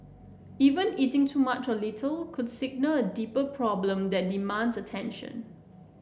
even eating too much or little could signal a deeper problem that demands attention